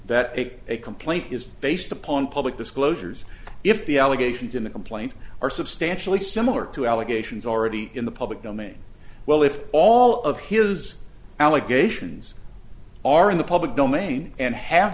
a complaint is based upon public disclosures if the allegations in the complaint are substantially similar to allegations already in the public domain well if all of his allegations are in the public domain and have